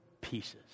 pieces